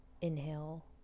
inhale